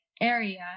area